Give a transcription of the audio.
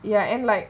ya and like